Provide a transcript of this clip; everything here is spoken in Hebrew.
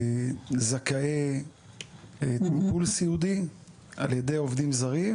ובזכאי טיפול סיעודי על ידי עובדים זרים,